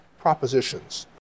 propositions